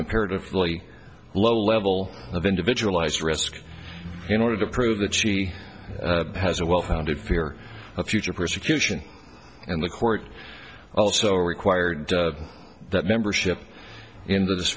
comparatively low level of individual ice risk in order to prove that she has a well founded fear of future persecution and the court also required that membership in th